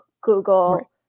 Google